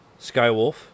Skywolf